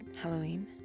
Halloween